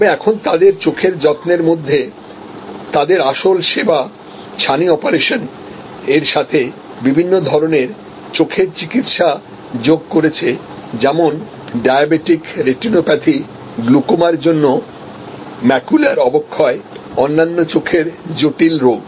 তবে এখন তাদের চোখের যত্নের মধ্যে তাদের আসল সেবা ছানি অপারেশন এর সাথে বিভিন্ন ধরনের চোখের চিকিৎসা যোগ করেছে যেমন ডায়াবেটিক রেটিনোপ্যাথি গ্লুকোমার জন্য ম্যাকুলার অবক্ষয় অন্যান্য চোখের জটিল রোগ